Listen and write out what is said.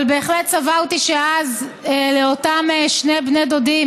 אבל בהחלט סברתי אז שלאותם שני בני דודים,